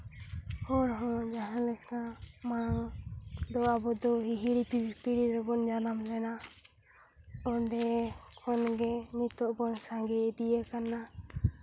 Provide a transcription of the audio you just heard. ᱦᱚᱲ ᱦᱚᱸ ᱡᱟᱦᱟᱸ ᱞᱮᱠᱟ ᱢᱟᱲᱟᱝ ᱫᱚ ᱟᱵᱚ ᱫᱚ ᱦᱤᱦᱤᱲᱤᱼᱯᱤᱯᱤᱲᱤ ᱨᱮᱵᱚᱱ ᱡᱟᱱᱟᱢ ᱞᱮᱱᱟ ᱚᱸᱰᱮ ᱠᱷᱚᱱᱜᱮ ᱱᱤᱛᱚᱜ ᱵᱚᱱ ᱥᱟᱸᱜᱮ ᱤᱫᱤ ᱭᱟᱠᱟᱱᱟ